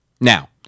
Now